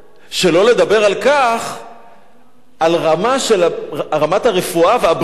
שלא לדבר על רמת הרפואה והבריאות